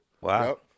wow